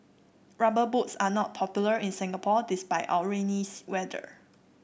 rubber boots are not popular in Singapore despite our rainy weather